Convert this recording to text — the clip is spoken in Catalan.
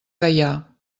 gaià